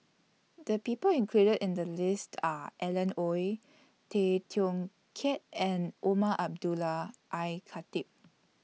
The People included in The list Are Alan Oei Tay Teow Kiat and Umar Abdullah Al Khatib